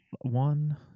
One